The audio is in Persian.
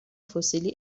فسیلی